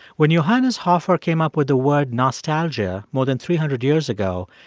when johannes hofer came up with the word nostalgia, more than three hundred years ago,